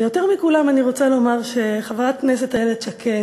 ויותר מכולם אני רוצה לומר שחברת הכנסת איילת שקד,